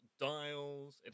dials